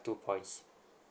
two points